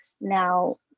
now